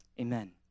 Amen